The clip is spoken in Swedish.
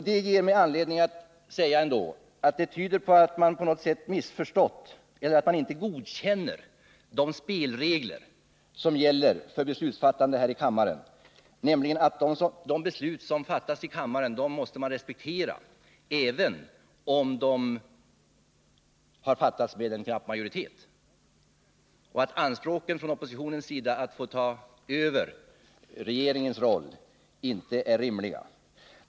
Det ger mig anledning att säga att det tyder på att socialdemokraterna på något sätt missförstått eller inte godkänner de spelregler som gäller för beslutsfattande här i kammaren, nämligen att de beslut som fattas måste respekteras, även om de har fattats med en knapp majoritet, och att anspråken från oppositionens sida att få ta över regeringens roll inte är rimliga.